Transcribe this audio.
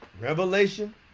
Revelation